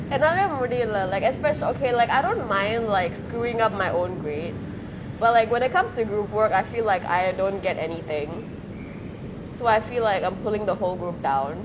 and I am already like express okay like I don't mind like screwing up my own grades well but like when it comes to group work I feel like I don't get anything so I feel like I'm pulling the whole group down